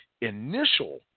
initial